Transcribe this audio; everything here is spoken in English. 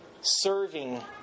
serving